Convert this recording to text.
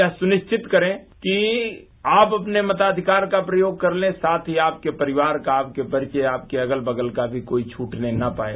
यह सनिश्चित करें कि आप अपने मताविकार को प्रयोग करके साथ ही आपके परिवार का आपके परिचय आपके अगल बगल कोई छूटने न पाये